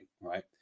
Right